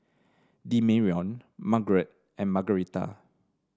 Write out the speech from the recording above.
Demarion Margret and Margretta